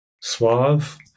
Suave